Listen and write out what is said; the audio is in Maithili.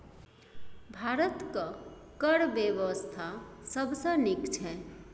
भारतक कर बेबस्था सबसँ नीक छै